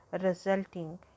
resulting